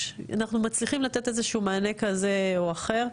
אנחנו מצליחים לתת איזשהו מענה כזה או אחר.